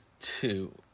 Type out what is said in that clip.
two